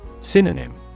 Synonym